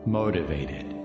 motivated